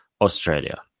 Australia